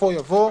בסופו יבוא: